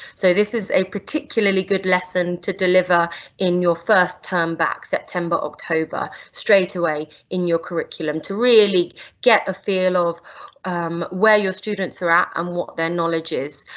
so this is a particularly good lesson to deliver in your first term back september, october, straight away in your curriculum, to really get a feel of where your students are at and um what their knowledge is,